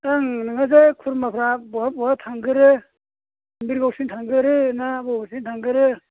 ओं नोंहासो खुरमाफ्रा बहा बहा थांग्रोयो सिमबोरगावसिम थांग्रोयो ना बबेसिम थांग्रोयो